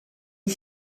ich